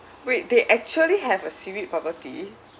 wait they actually have a seaweed bubble tea